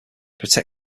protect